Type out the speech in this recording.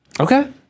Okay